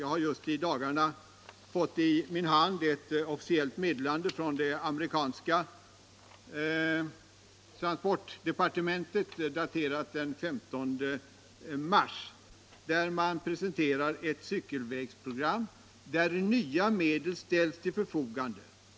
Jag har just i dagarna fått i min hand ett officiellt meddelande från det amerikanska transportdepartementet, daterat den 15 mars, där man presenterar ett cykel-. vägsprogram, i vilket nya medel ställs till förfogande.